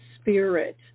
spirit